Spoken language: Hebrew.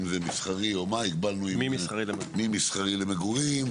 ממסחרי למגורים,